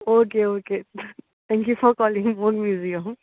okay okay thank you for calling मोग museum